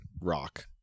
rock